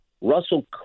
russell